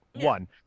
One